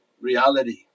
reality